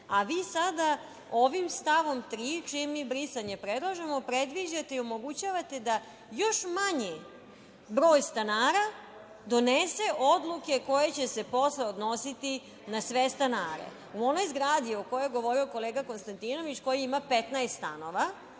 a vi sada ovim stavom 3, čije brisanje mi predlažemo, predviđate i omogućavate da još manji broj stanara donese odluke koje će se posle odnositi na sve stanare.U onoj zgradi o kojoj je govorio kolega Konstantinović, koja ima 15 stanova,